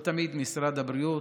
זה לא נוסף,